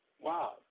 Wow